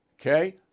Okay